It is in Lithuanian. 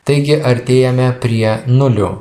taigi artėjame prie nulių